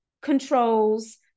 controls